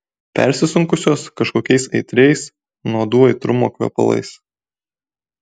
persisunkusios kažkokiais aitriais nuodų aitrumo kvepalais